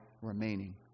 remaining